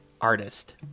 artist